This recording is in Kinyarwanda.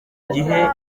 igihe